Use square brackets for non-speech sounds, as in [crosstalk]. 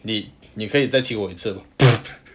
你你可以再亲我一次吗 [noise]